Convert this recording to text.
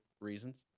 reasons